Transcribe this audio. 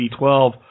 B12